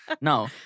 No